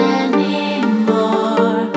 anymore